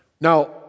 Now